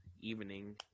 evening